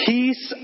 Peace